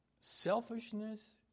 Selfishness